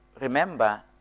remember